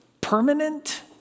permanent